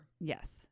yes